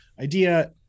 idea